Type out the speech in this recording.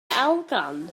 elgan